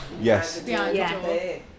Yes